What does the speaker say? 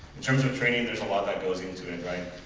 in terms of training, there's a lot that goes into it right?